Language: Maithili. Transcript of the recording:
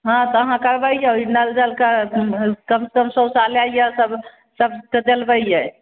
हँ तऽ अहाँ करबैयो ई नल जलके कम सऽ कम शौचालयके सबके दिलबैयै